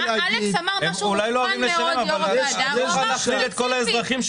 ואני אומר את זה כל פעם,